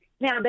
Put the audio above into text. Now